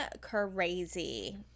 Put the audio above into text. crazy